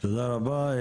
תודה רבה.